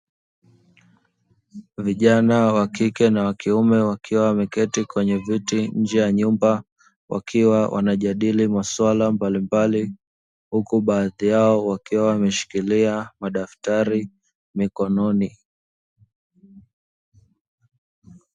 Vijana wa kike na wa kiume wakiwa wameketi kwenye viti nje ya nyumba wakiwa wanajadili maswali mbalimbali, huku baadhi yao wakiwa wameshikilia madaftari mikononi.